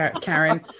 Karen